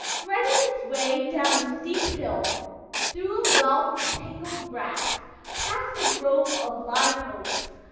threading its way down a steep hill through a wealth of tangled grasses past a grove of live oaks,